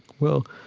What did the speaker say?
well,